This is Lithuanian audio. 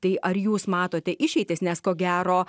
tai ar jūs matote išeitis nes ko gero